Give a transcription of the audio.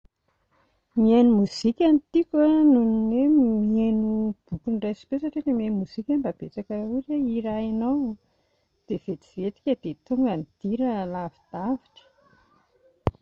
Mihaino mozika no tiako a noho ny hoe boky noraisim-peo, satria ilay mihaino mozika mba betsaka ohatra hoe hira hainao. Dia vetivetika dia tonga ny dia raha lavidavitra.